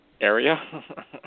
area